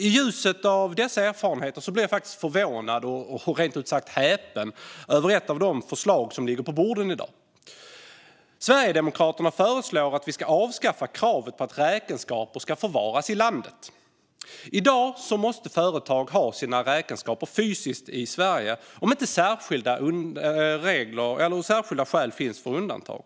I ljuset av dessa erfarenheter blir jag faktiskt förvånad och rent ut sagt häpen över ett av de förslag som ligger på bordet i dag. Sverigedemokraterna föreslår att vi ska avskaffa kravet på att räkenskaper ska förvaras i landet. I dag måste företag ha sina räkenskaper fysiskt i Sverige, om det inte finns särskilda skäl för undantag.